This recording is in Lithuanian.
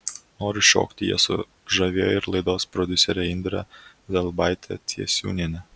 noru šokti jie sužavėjo ir laidos prodiuserę indrę zelbaitę ciesiūnienę